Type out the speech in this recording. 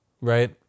right